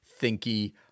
thinky